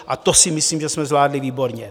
A to si myslím, že jsme zvládli výborně.